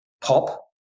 pop